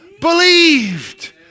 Believed